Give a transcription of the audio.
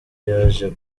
yaje